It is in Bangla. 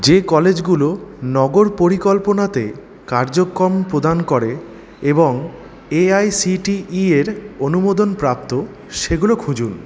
যে কলেজগুলো নগর পরিকল্পনাতে কার্যক্রম প্রদান করে এবং এ আই সি টি ইয়ের অনুমোদনপ্রাপ্ত সেগুলো খুঁজুন